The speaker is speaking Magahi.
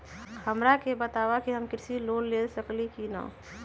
हमरा के बताव कि हम कृषि लोन ले सकेली की न?